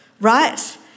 right